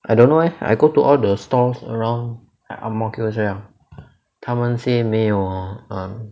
I don't know eh I go to all the stalls around like ang mo kio 这样他们 say 没有 um